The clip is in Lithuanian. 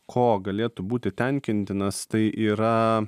ko galėtų būti tenkintinas tai yra